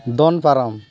ᱫᱚᱱ ᱯᱟᱨᱚᱢ